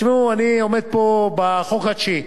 תשמעו, אני עומד פה בחוק התשיעי.